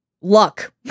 luck